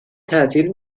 تعطیل